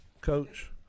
Coach